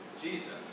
Jesus